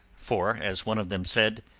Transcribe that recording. for, as one of them said,